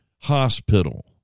Hospital